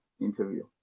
interview